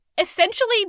essentially